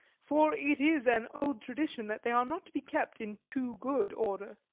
for it is an old tradition that they are not to be kept in too good order.